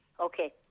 okay